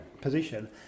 position